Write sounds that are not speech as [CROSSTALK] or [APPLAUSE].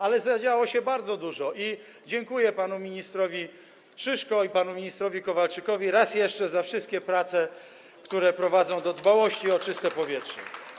Ale zadziało się bardzo dużo i jeszcze raz dziękuję panu ministrowi Szyszko i panu ministrowi Kowalczykowi za wszystkie prace, które prowadzą [APPLAUSE] do dbałości o czyste powietrze.